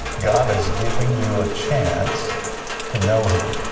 god is giving you a chance to know him.